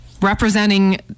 representing